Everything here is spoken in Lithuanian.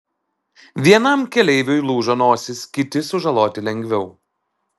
vienam keleiviui lūžo nosis kiti sužaloti lengviau